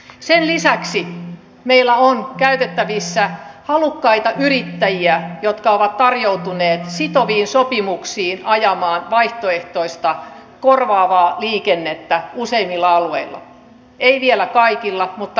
sen lisäksi meillä on käytettävissä halukkaita yrittäjiä jotka ovat tarjoutuneet sitoviin sopimuksiin ajamaan vaihtoehtoista korvaavaa liikennettä useimmilla alueilla ei vielä kaikilla mutta lähes kaikilla